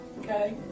Okay